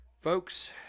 Folks